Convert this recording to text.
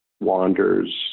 wanders